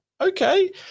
okay